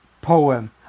poem